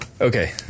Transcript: Okay